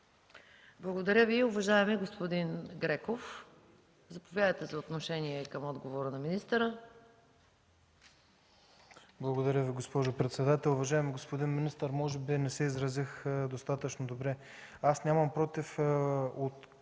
Благодаря Ви, уважаеми господин Греков Заповядайте за отношение към отговора на министъра.